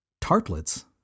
tartlets